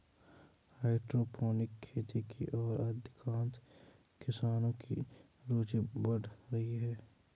hydroponic खेती की ओर अधिकांश किसानों की रूचि बढ़ रही है